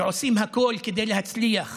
שעושים הכול כדי להצליח